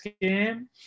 game